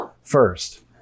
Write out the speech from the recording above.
first